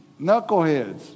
knuckleheads